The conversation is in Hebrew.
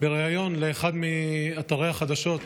בריאיון לאחד מאתרי החדשות: